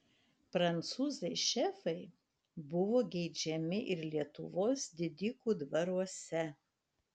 prancūzai šefai buvo geidžiami ir lietuvos didikų dvaruose